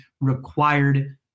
required